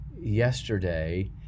yesterday